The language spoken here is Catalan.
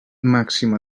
màxima